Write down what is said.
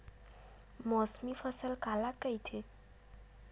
मौसमी फसल काला कइथे?